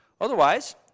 Otherwise